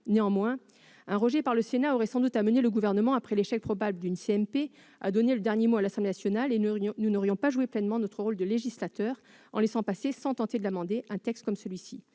Néanmoins, un rejet du texte par le Sénat aurait sans doute conduit le Gouvernement, après l'échec probable d'une commission mixte paritaire, à donner le dernier mot à l'Assemblée nationale, et nous n'aurions pas joué pleinement notre rôle de législateur en laissant passer sans tenter de l'amender un texte comme celui-là.